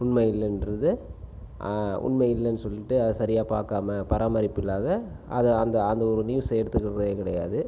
உண்மை இல்லைன்றது உண்மை இல்லைன்னு சொல்லிட்டு அதை சரியாக பார்க்காம பராமரிப்பு இல்லாத அது அந்த அந்த ஒரு நியூஸை எடுத்துக்கிறதே கிடையாது